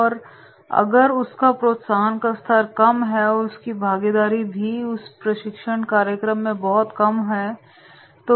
और अगर उसका प्रोत्साहन का स्तर कम है तो उसकी भागीदारी भी भी उस प्रशिक्षण कार्यक्रम में बहुत कम होगी